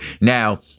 Now